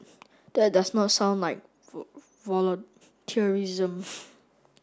that does not sound like volunteerism